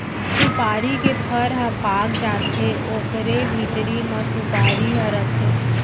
सुपारी के फर ह पाक जाथे ओकरे भीतरी म सुपारी ह रथे